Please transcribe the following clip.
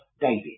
David